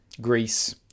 Greece